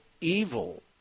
evil